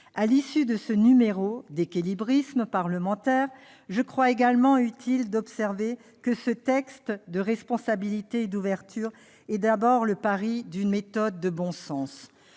À l'issue de ce « numéro d'équilibrisme parlementaire », je crois également utile d'observer que ce texte de responsabilité et d'ouverture est d'abord le pari d'une méthode de bon sens,